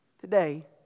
Today